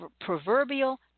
proverbial